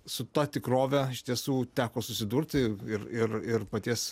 su ta tikrove iš tiesų teko susidurti ir ir ir paties